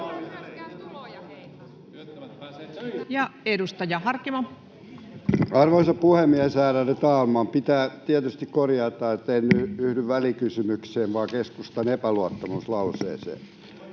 Time: 15:31 Content: Arvoisa puhemies, ärade talman! Pitää tietysti korjata, että en yhdy välikysymykseen vaan keskustan epäluottamuslauseeseen.